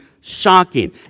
shocking